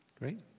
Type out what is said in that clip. Great